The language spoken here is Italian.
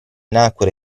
nacquero